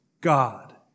God